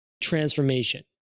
transformation